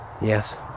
yes